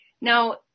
Now